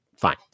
fine